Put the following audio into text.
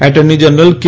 attorney general કે